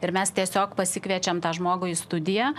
ir mes tiesiog pasikviečiam tą žmogų į studiją